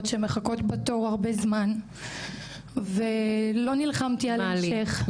שמחכות בתור הרבה זמן ולא נלחמתי על המשך.